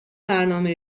برنامه